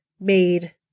made